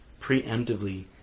preemptively